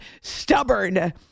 stubborn